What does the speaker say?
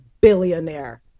billionaire